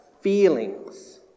feelings